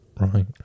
Right